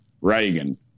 Reagan